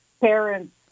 parents